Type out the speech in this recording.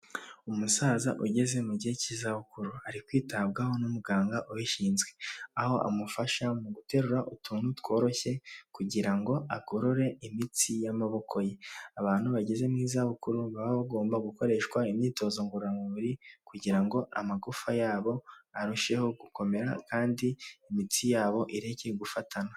Umusaza ugeze mu gihe k'izabukuru, ari kwitabwaho n'umuganga ubishinzwe aho amufasha mu guterura utuntu tworoshye kugira ngo agorere imitsi y'amaboko ye, abantu bageze mu zabukuru baba bagomba gukoreshwa imyitozo ngororamubiri kugira ngo amagufa yabo arusheho gukomera kandi imitsi yabo ireke gufatana.